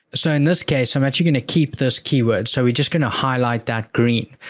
so, in this case, i'm actually going to keep this keyword, so, we're just going to highlight that green.